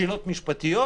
שאלות משפטיות,